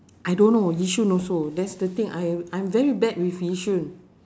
I don't know yishun also that's the thing I am I'm very bad with yishun